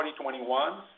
2021